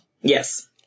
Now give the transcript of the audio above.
Yes